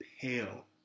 pale